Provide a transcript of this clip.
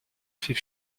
fait